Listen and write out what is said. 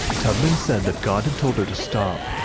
tubman said that god had told her to stop,